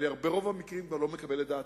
וברוב המקרים אני כבר לא מקבל את דעתם.